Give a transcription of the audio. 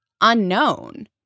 unknown